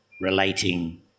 relating